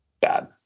bad